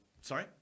Sorry